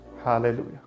Hallelujah